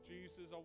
Jesus